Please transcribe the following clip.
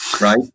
right